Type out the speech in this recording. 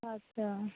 अच्छा